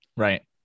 Right